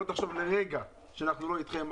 אל תחשוב לרגע שאנחנו לא אתכם.